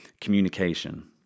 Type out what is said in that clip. communication